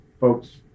folks